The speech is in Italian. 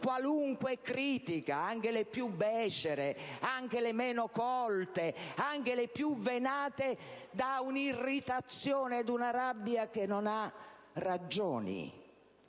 Qualunque critica, anche le più becere, anche le meno colte, anche le più venate da un'irritazione e da una rabbia che non ha ragioni,